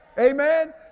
Amen